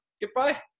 goodbye